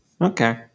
Okay